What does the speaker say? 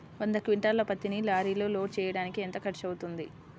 వంద క్వింటాళ్ల పత్తిని లారీలో లోడ్ చేయడానికి ఎంత ఖర్చవుతుంది?